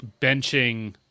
Benching